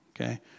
okay